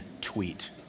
tweet